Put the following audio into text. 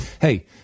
Hey